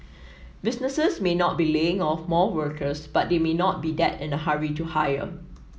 businesses may not be laying off more workers but they may not be that in a hurry to hire